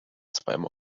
zweimal